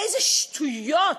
איזה שטויות.